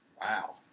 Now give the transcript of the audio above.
Wow